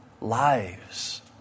lives